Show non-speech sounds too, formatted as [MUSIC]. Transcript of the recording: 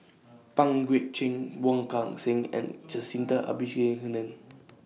[NOISE] Pang Guek Cheng Wong Kan Seng and Jacintha [UNINTELLIGIBLE]